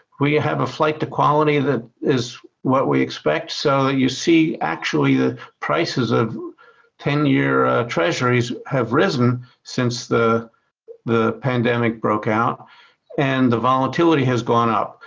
we have a flight to quality that is what we expect, so that you see actually the prices of ten year treasuries have risen since the the pandemic broke out and the volatility has gone up.